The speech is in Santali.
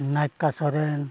ᱱᱟᱭᱠᱟ ᱥᱚᱨᱮᱱ